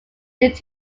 group